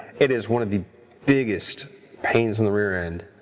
it is one of the biggest pains in the rear end.